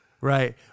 right